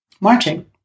marching